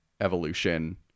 evolution